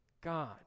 God